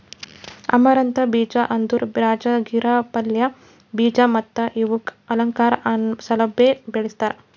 amaranth ಬೀಜ ಅಂದುರ್ ರಾಜಗಿರಾ ಪಲ್ಯ, ಬೀಜ ಮತ್ತ ಇವುಕ್ ಅಲಂಕಾರ್ ಸಲೆಂದ್ ಬೆಳಸ್ತಾರ್